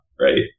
right